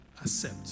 accept